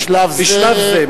בשלב זה.